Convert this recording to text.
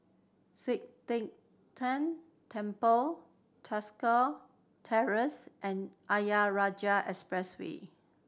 Sian Teck Tng Temple Tosca Terrace and Ayer Rajah Expressway